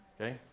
Okay